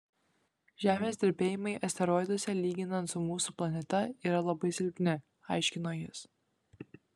žemės drebėjimai asteroiduose lyginant su mūsų planeta yra labai silpni aiškino jis